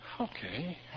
Okay